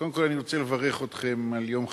קודם כול, אני רוצה לברך אתכם על יום חגכם.